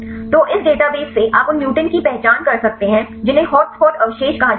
तो इस डेटाबेस से आप उन म्यूटेंट की पहचान कर सकते हैं जिन्हें हॉटस्पॉट अवशेष कहा जाता है